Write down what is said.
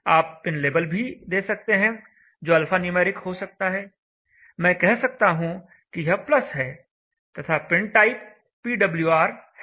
आप पिनलेबल भी दे सकते हैं जो अल्फान्यूमैरिक हो सकता है मैं कह सकता हूं कि यह " है तथा पिनटाइप pwr है